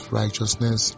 righteousness